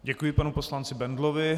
Děkuji panu poslanci Bendlovi.